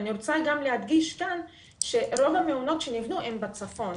אני רוצה גם להדגיש כאן שרוב המעונות שנבנו הם בצפון.